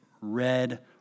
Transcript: red